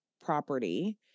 property